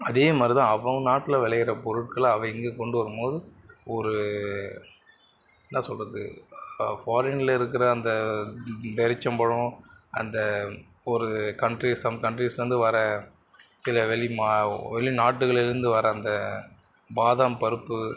அதே மாதிரி தான் அவங்க நாட்டில் விளையிற பொருட்களை அவன் இங்கே கொண்டு வரும் போது ஒரு என்ன சொல்கிறது ஃபாரினில் இருக்கிற அந்த பேரிச்சம் பழம் அந்த ஒரு கண்ட்ரீஸ் சம் கண்ட்ரீஸ்லேருந்து வர சில வெளி மா வெளிநாட்டுகளிலிருந்து வர அந்த பாதாம் பருப்பு